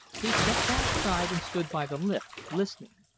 he stepped outside and stood by the lift, listening.